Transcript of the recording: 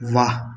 वाह